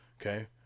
Okay